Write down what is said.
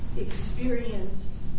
experience